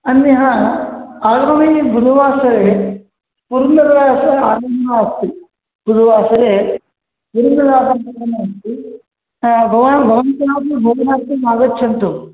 अन्यः आगमिगुरुवासरे पुरन्दरदासर आराधनम् अस्ति गुरुवासरे पुरन्दरदासानाम् अस्ति भवान् भवन्तः अपि भोजनार्थम् आगच्छन्तु